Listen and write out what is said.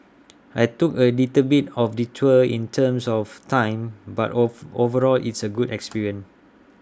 I took A little bit of detour in terms of time but of overall it's A good experience